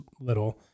little